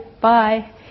bye